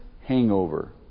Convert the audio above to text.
hangover